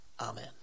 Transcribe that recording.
Amen